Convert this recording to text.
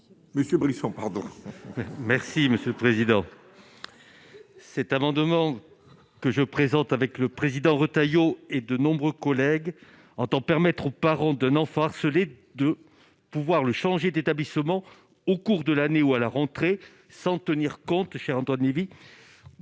monsieur Brisson, pardon, merci. Si Monsieur le Président, c'est avant, demande que je présente, avec le président Retailleau et de nombreux collègues entend permettre aux parents d'un enfant harcelé de pouvoir le changer d'établissement au cours de l'année ou à la rentrée, sans tenir compte, ai Antoine Lévy